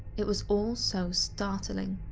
it was all so startling,